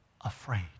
afraid